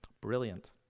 Brilliant